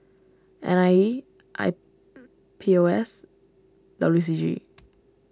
N I E I P O S W C G